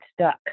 stuck